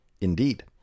Indeed